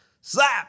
Slap